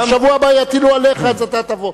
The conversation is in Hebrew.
בשבוע הבא יטילו עליך, אז אתה תבוא.